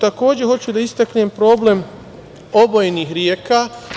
Takođe, hoću da istaknem problem obojenih reka.